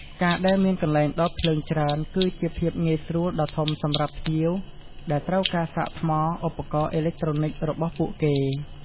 ការដែលមានកន្លែងដោតភ្លើងច្រើន គឺជាភាពងាយស្រួលដ៏ធំសម្រាប់ភ្ញៀវដែលត្រូវការសាកថ្មឧបករណ៍អេឡិចត្រូនិចរបស់ពួកគេ។